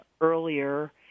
earlier